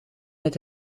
het